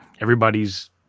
everybody's